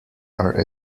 are